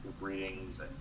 readings